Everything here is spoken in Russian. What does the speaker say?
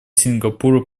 сингапура